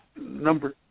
Number